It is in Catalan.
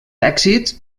èxits